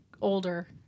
older